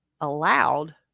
allowed